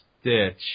Stitch